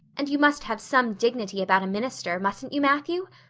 and you must have some dignity about a minister, mustn't you, matthew?